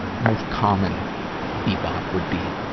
most common bebop would be,